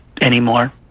anymore